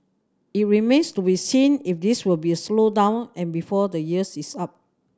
it remains to be seen if this will be a slowdown and before the years is up